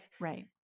right